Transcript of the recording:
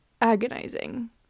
agonizing